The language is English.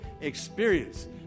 experience